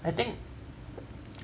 I think